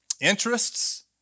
interests